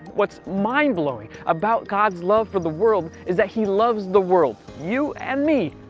what's mind blowing about god's love for the world, is that he loves the world, you and me,